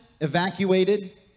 evacuated